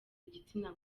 igitsina